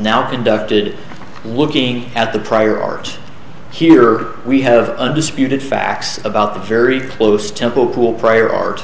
now conducted looking at the prior art here we have undisputed facts about the very close temple pool prior art